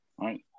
right